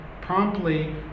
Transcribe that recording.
promptly